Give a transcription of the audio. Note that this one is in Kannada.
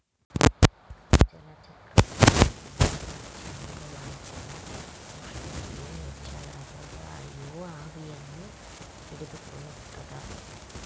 ಜಲಚಕ್ರದ ಒಂದು ಅವಿಭಾಜ್ಯ ಅಂಗವಾಗ್ಯದ ಉಷ್ಣತೆಯು ಹೆಚ್ಚಾದಾಗ ಗಾಳಿಯು ಆವಿಯನ್ನು ಹಿಡಿದಿಟ್ಟುಕೊಳ್ಳುತ್ತದ